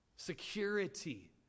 Security